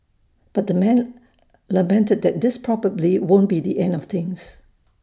but the man lamented that this probably won't be the end of things